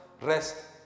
rest